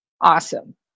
Awesome